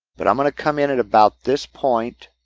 but i'm going to come in at about this point